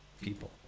people